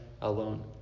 alone